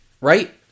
right